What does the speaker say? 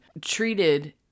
treated